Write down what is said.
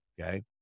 okay